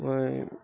মই